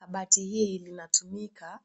Kabati hii linatumika